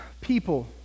people